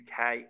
UK